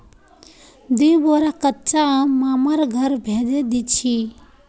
दी बोरा कच्चा आम मामार घर भेजे दीछि